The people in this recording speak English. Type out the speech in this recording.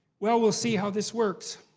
well, we'll see how this works.